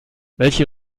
welche